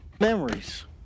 memories